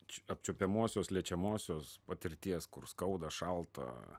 č apčiuopiamosios liečiamosios patirties kur skauda šalta